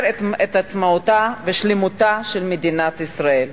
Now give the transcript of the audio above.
את עצמאותה ושלמותה של מדינת ישראל.